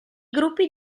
gruppi